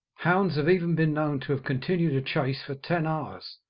hounds have even been known to have continued a chase for ten hours,